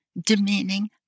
demeaning